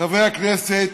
חברי הכנסת,